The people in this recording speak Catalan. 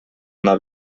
una